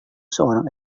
seorang